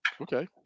okay